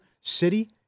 city